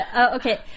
okay